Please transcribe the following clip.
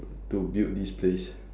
to build this place